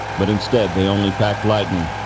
but instead they only packed lightning.